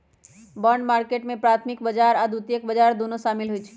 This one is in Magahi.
बॉन्ड मार्केट में प्राथमिक बजार आऽ द्वितीयक बजार दुन्नो सामिल होइ छइ